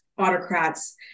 autocrats